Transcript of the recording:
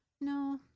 No